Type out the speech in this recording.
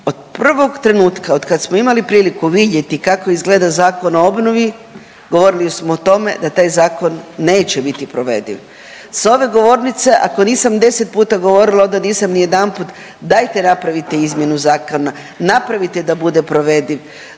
od prvog trenutka od kad smo imali priliku vidjeti kako izgleda Zakon o obnovi, govorili smo o tome da taj zakon neće biti provediv. S ove govornice, ako nisam 10 puta govorila, onda nisam nijedanput, dajte napravite izmjenu zakona, napravite da bude provediv,